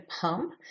pump